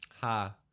Ha